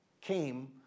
came